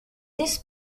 this